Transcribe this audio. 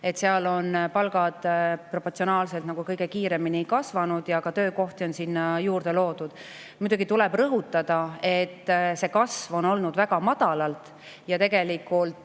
Seal on palgad proportsionaalselt kõige kiiremini kasvanud ja ka töökohti on sinna juurde loodud. Muidugi tuleb rõhutada, et see kasv on tulnud väga madalalt. Tegelikult